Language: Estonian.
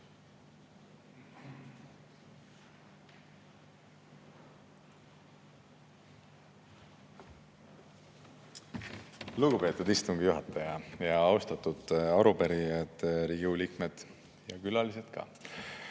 Lugupeetud istungi juhataja! Austatud arupärijad, Riigikogu liikmed ja külalised ka!